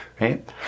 right